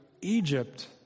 Egypt